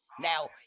Now